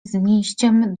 znijściem